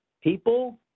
people